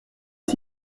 est